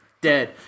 dead